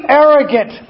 arrogant